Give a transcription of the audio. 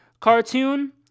cartoon